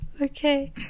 Okay